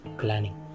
planning